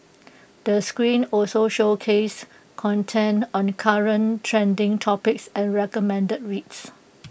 the screen also showcases content on current trending topics and recommended reads